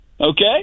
Okay